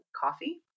coffee